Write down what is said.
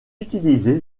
utilisé